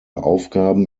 aufgaben